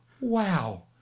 wow